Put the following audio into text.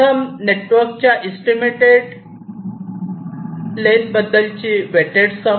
प्रथम नेटवर्क च्या estimated length बद्दलची वेटेड सम